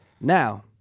Now